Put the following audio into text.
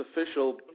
official